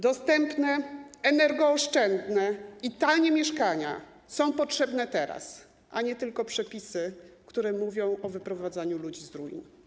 Dostępne energooszczędne i tanie mieszkania są potrzebne teraz, a nie tylko przepisy, które mówią o wyprowadzaniu ludzi z ruin.